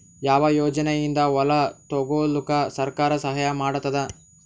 ಯಾವ ಯೋಜನೆಯಿಂದ ಹೊಲ ತೊಗೊಲುಕ ಸರ್ಕಾರ ಸಹಾಯ ಮಾಡತಾದ?